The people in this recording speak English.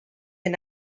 and